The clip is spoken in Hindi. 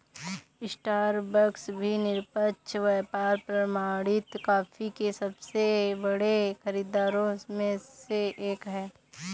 स्टारबक्स भी निष्पक्ष व्यापार प्रमाणित कॉफी के सबसे बड़े खरीदारों में से एक है